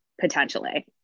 potentially